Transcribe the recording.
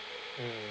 mm